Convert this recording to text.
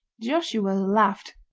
joshua laughed.